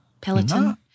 Peloton